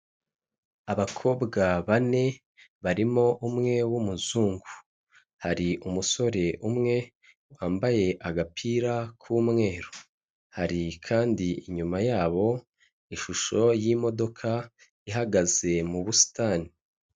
Abakobwa bane barimo umwe w'umuzungu; hari umusore umwe wambaye agapira k'umweru. Hari kandi inyuma yabo ishusho y'imodoka ihagaze mu busitani.